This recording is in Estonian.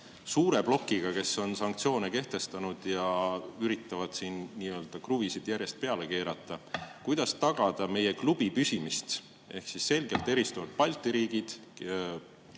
suure plokiga, kes on sanktsioone kehtestanud ja üritavad siin kruvisid järjest peale keerata? Kuidas meie klubi püsiks? Selgelt eristuvad Balti riigid,